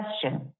question